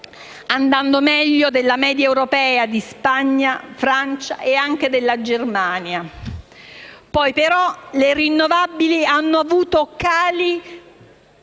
andando così meglio della media europea di Spagna, Francia e anche Germania. Poi però le rinnovabili hanno avuto cali